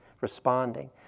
responding